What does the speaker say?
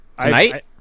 tonight